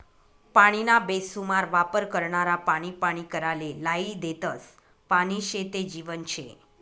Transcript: पानीना बेसुमार वापर करनारा पानी पानी कराले लायी देतस, पानी शे ते जीवन शे